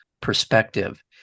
perspective